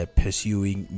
pursuing